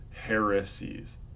heresies